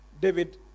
David